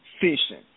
fishing